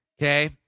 Okay